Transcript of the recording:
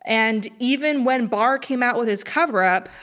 and even when barr came out with his coverup,